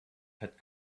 had